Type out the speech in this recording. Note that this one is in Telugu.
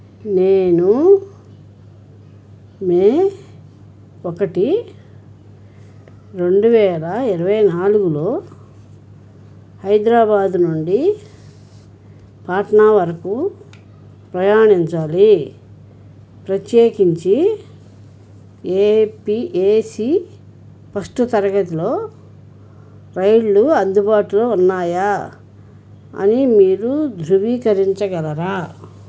నేను మే ఒకటి రెండు వేల ఇరవై నాలుగులో హైద్రాబాదు నుండి పాట్నా వరకు ప్రయాణించాలి ప్రత్యేకించి ఏపీ ఏసీ ఫస్టు తరగతిలో రైళ్ళు అందుబాటులో ఉన్నాయా అని మీరు ధృవీకరించగలరా